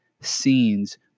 scenes